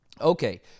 okay